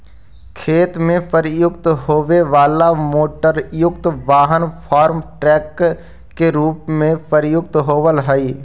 खेत में प्रयुक्त होवे वाला मोटरयुक्त वाहन फार्म ट्रक के रूप में प्रयुक्त होवऽ हई